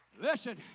Listen